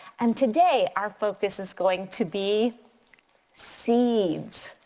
and today our focus is going to be seeds.